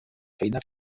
feina